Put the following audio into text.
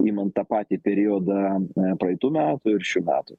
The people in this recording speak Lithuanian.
imant tą patį periodą praeitų metų ir šių metų